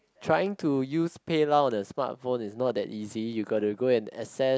trying to use PayLah on the smartphone is not that easy you got to go and access